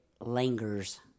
lingers